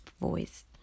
voice